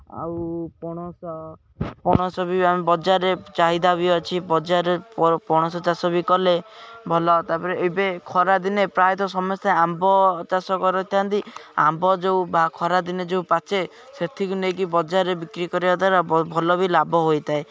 ଆଉ ପଣସ ପଣସ ବି ଆମେ ବଜାରରେ ଚାହିଦା ବି ଅଛି ବଜାରରେ ପଣସ ଚାଷ ବି କଲେ ଭଲ ତା'ପରେ ଏବେ ଖରାଦିନେ ପ୍ରାୟତଃ ସମସ୍ତେ ଆମ୍ବ ଚାଷ କରିଥାନ୍ତି ଆମ୍ବ ଯେଉଁ ବା ଖରାଦିନେ ଯେଉଁ ପାଚେ ସେଠିକୁ ନେଇକି ବଜାରରେ ବିକ୍ରି କରିବା ଦ୍ୱାରା ଭଲ ବି ଲାଭ ହୋଇଥାଏ